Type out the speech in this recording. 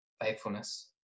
faithfulness